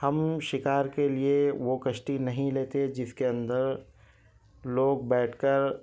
ہم شکار لے لیے وہ کشتی نہیں لیتے جس کے اندر لوگ بیٹھ کر